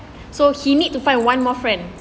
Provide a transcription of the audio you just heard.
so he need to find one more friend